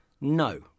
No